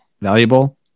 valuable